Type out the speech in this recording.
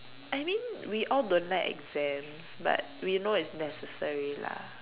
I mean we all don't like exams but we know it's necessary lah